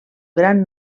gran